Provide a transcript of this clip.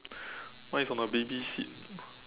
mine is on a baby seat